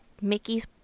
Mickey's